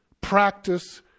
practice